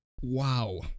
Wow